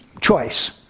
choice